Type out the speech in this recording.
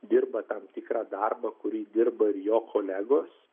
dirba tam tikrą darbą kurį dirba ir jo kolegos